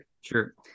Sure